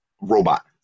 robot